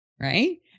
Right